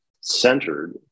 centered